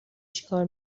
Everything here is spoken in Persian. چیکار